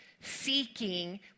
seeking